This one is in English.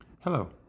Hello